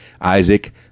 Isaac